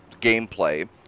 gameplay